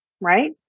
right